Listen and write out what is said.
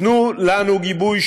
תנו לנו גיבוי,